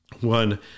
One